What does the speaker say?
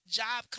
job